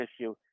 issue